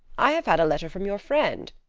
i have had a letter from your friend,